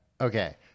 okay